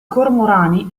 cormorani